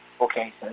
Okay